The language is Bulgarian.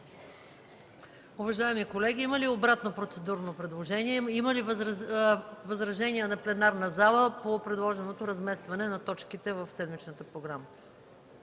Уважаеми колеги, има ли обратно процедурно предложение? Има ли възражение на пленарната зала по предложеното разместване на точките в седмичната програма?